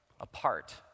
apart